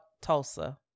Tulsa